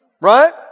Right